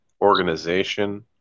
organization